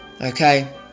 okay